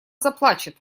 заплачет